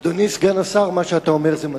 אדוני סגן השר, מה שאתה אומר זה מדהים.